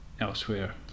elsewhere